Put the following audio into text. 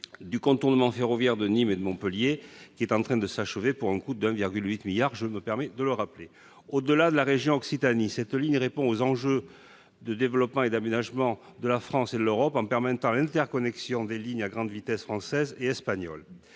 du contournement ferroviaire de Nîmes et de Montpellier, qui est en train de s'achever, pour un coût de 1,8 milliard d'euros. Au-delà de la région Occitanie, cette ligne répond aux enjeux de développement et d'aménagement de la France et de l'Europe, en permettant une interconnexion des lignes à grande vitesse françaises et espagnoles.